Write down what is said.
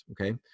okay